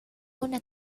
una